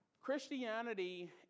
Christianity